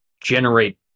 generate